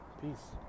peace